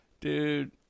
Dude